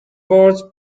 words